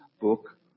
book